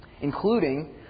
including